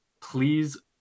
Please